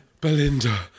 Belinda